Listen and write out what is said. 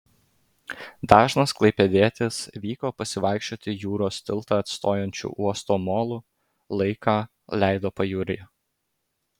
dažnas klaipėdietis vyko pasivaikščioti jūros tiltą atstojančiu uosto molu laiką leido pajūryje